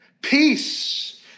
peace